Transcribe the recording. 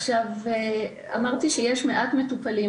אמרתי שיש מעט מטופלים,